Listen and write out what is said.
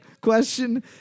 Question